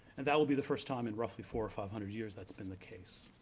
and that will be the first time in roughly four or five hundred years that's been the case.